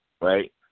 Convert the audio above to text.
right